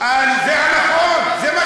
זה לא, זה הנכון.